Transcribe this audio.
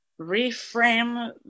reframe